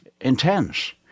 intense